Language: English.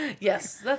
Yes